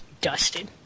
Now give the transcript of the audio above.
Dusted